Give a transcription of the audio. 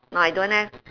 no I don't have